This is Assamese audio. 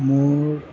মোৰ